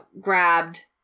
grabbed